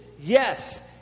Yes